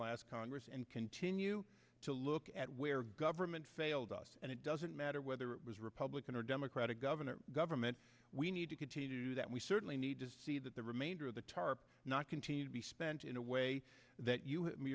last congress and continue to look at where government failed us and it doesn't matter whether it was republican or democratic governor government we need to continue to do that we certainly need to see that the remainder of the tarp not continue to be spent in a way that you